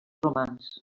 romans